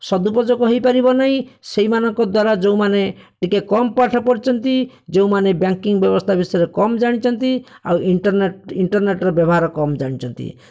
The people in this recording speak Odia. ସଦୁପଯୋଗ ହେଇପାରିବ ନାହିଁ ସେହିମାନଙ୍କ ଦ୍ଵରା ଯେଉଁମାନେ ଟିକିଏ କମ୍ ପାଠ ପଢ଼ିଛନ୍ତି ଯେଉଁମାନେ ବ୍ୟାଙ୍କିଙ୍ଗ ବ୍ୟବସ୍ଥା ବିଷୟରେ କମ୍ ଜାଣିଛନ୍ତି ଆଉ ଇଣ୍ଟର୍ନେଟ ଇଣ୍ଟର୍ନେଟର ବ୍ୟବହାର କମ୍ ଜାଣିଛନ୍ତି